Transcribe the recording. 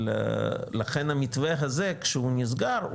אבל לכן המתווה הזה כשהוא נסגר,